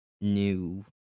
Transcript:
new